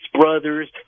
brothers